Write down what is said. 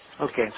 Okay